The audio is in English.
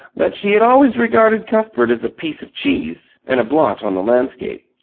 that she had always regarded cuthbert as a piece of cheese and a blot on the landscape.